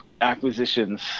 acquisitions